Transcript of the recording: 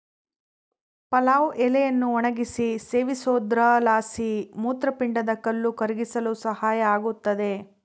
ಪಲಾವ್ ಎಲೆಯನ್ನು ಒಣಗಿಸಿ ಸೇವಿಸೋದ್ರಲಾಸಿ ಮೂತ್ರಪಿಂಡದ ಕಲ್ಲು ಕರಗಿಸಲು ಸಹಾಯ ಆಗುತ್ತದೆ